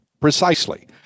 precisely